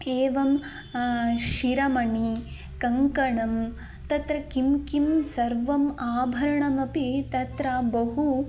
एवं शिरोमणिः कङ्कणं तत् किं किं सर्वम् आभरणमपि तत्र बहु